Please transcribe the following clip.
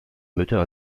mütter